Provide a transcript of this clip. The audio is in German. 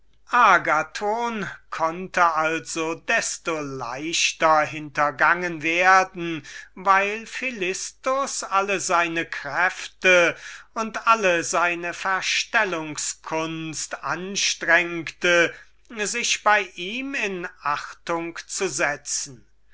konnte also desto leichter hintergangen werden da philistus alle seine verstellungs kunst anstrengte sich bei ihm in achtung zu setzen